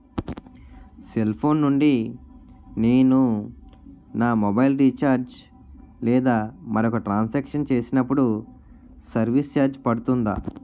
Cell phone నుండి నేను నా మొబైల్ రీఛార్జ్ లేదా మరొక ట్రాన్ సాంక్షన్ చేసినప్పుడు సర్విస్ ఛార్జ్ పడుతుందా?